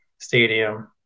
stadium